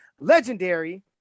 Legendary